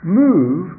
move